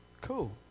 cool